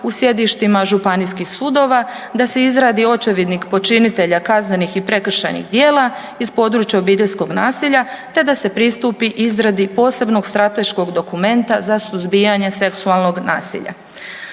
u sjedištima županijskih sudova, da se izradi očevidnik počinitelja kaznenih i prekršajnih djela iz područja obiteljskog nasilja te da se pristupi izradi posebnog strateškog dokumenta za suzbijanje seksualnog nasilja.